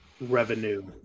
revenue